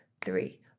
three